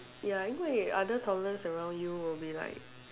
ya 因为 other toddlers around you will be like